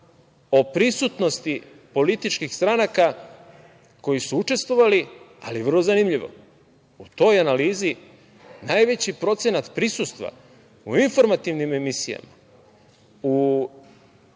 o prisutnosti političkih stranaka koje su učestvovale, ali vrlo zanimljivo.U toj analizi najveći procenat prisustva u informativnim emisijama, u dnevnicima,